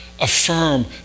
affirm